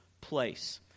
place